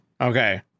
Okay